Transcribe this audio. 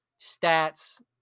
stats